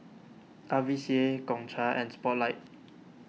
R V C A Gongcha and Spotlight